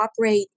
operate